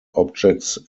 objects